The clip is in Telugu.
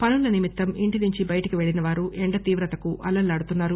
పనుల నిమిత్తం ఇంటి నుంచి బయటకు పెళ్లిన వారు ఎండతీవ్రతకు అల్లాడుతున్నారు